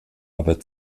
aber